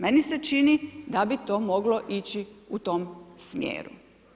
Meni se čini da bi to moglo ići u tom smjeru.